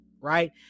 right